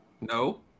No